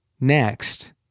next